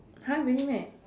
!huh! really meh